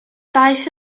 daeth